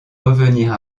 revenir